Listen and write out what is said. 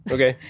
Okay